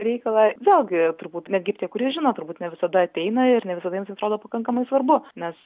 reikalą vėlgi turbūt netgi tie kurie žino turbūt ne visada ateina ir ne visada jiems atrodo pakankamai svarbu nes